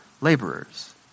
laborers